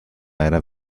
era